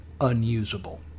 unusable